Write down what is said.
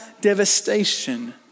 devastation